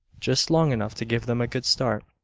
just long enough to give them a good start.